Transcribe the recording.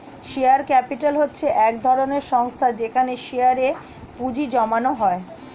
share capital হচ্ছে এক ধরনের সংস্থা যেখানে শেয়ারে এ পুঁজি জমানো হয়